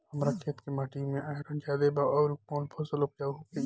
हमरा खेत के माटी मे आयरन जादे बा आउर कौन फसल उपजाऊ होइ?